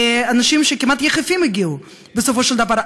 אנשים הגיעו כמעט יחפים בסופו של דבר,